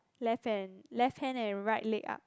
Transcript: left hand left hand and right leg up